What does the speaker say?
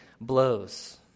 blows